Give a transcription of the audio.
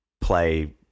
play